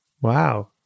wow